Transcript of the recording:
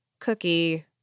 cookie